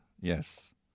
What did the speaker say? Yes